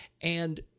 and-